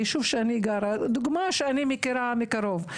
דוגמה שאני מכירה מקרוב,